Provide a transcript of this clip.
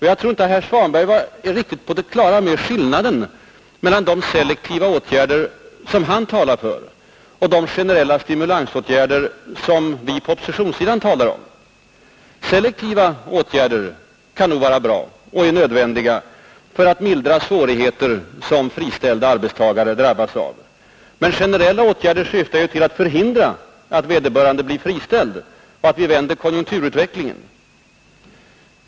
Jag tror inte att herr Svanberg var riktigt på det klara med skillnaden mellan de selektiva åtgärder som han pekade på och de generella stimulansåtgärder som vi på oppositionssidan talar om. Selektiva åtgärder kan nog vara bra och är nödvändiga för att mildra svårigheter som friställda arbetstagare drabbas av. Men generella åtgärder syftar ju till att förhindra att vederbörande blir friställd och till att i stället vända konjunkturutvecklingen.